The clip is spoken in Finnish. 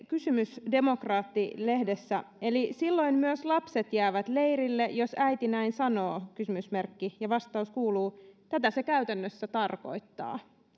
kysymys demokraatti lehdessä eli silloin myös lapset jäävät leirille jos äiti näin sanoo ja vastaus kuuluu tätä se käytännössä tarkoittaa